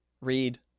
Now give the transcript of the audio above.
read